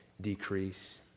decrease